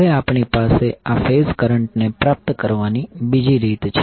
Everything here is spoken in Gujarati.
હવે આપણી પાસે આ ફેઝ કરંટને પ્રાપ્ત કરવાની બીજી રીત છે